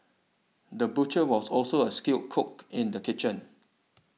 the butcher was also a skilled cook in the kitchen